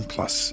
Plus